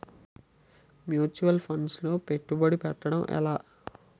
Mutual funds లో పెట్టుబడి పెట్టడం ఎలా?